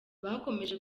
bakomeje